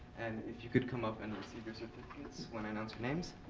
and if you could come up and receive your certificates when i announce your names.